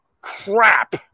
crap